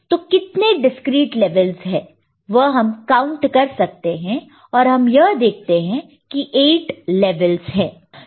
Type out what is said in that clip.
तो कितने discrete levels है वह हम काउंट कर सकते हैं और हम यह देखते हैं कि 8 लेवल्स है